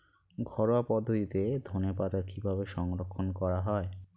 ঘরোয়া পদ্ধতিতে ধনেপাতা কিভাবে সংরক্ষণ করা হয়?